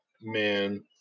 Man